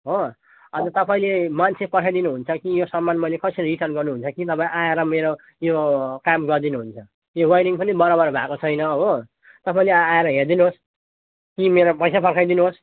हो अनि तपाईँले मान्छे पठाइदिनु हुन्छ कि यो सामान मैले कसरी रिटर्न गर्नुहुन्छ कि नभए आएर मेरो यो काम गरिदिनु हुन्छ यो वाइरिङ पनि बराबर भएको छैन हो तपाईँले आएर हेरिदिनुहोस् कि मेरो पैसा फर्काइदिनुहोस्